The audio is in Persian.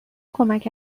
کمک